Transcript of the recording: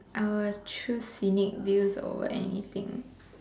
I will choose scenic views over anything